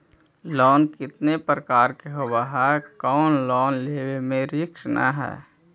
Loan कितना प्रकार के होबा है कोन लोन लेब में रिस्क न है?